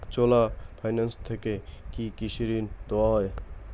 চোলা finance থেকে কি কৃষি ঋণ দেওয়া হয়?